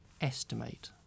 estimate